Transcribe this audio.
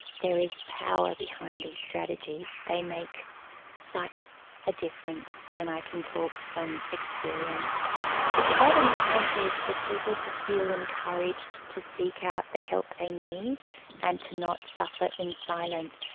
there is power behind these strategies. they make such a difference, and i can talk from experience. but the bottom line is for people to feel encouraged to seek out the help they need and to not suffer in silence,